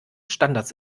standards